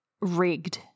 Rigged